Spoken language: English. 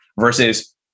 Versus